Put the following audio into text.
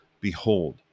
behold